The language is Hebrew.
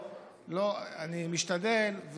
אני משתדל,